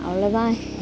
அவ்வளோ தான்